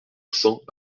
cent